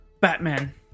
Batman